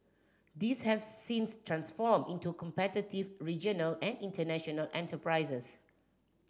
these have since transformed into competitive regional and international enterprises